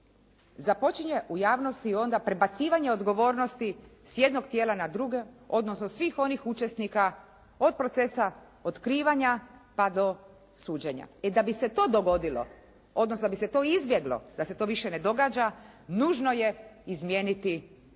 započinje u javnosti onda prebacivanje odgovornosti s jednog tijela na drugo odnosno svih onih učesnika od procesa otkrivanja pa do suđenja. E da bi se to dogodilo odnosno da bi se to izbjeglo da se to više ne događa nužno je izmijeniti tu